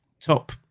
top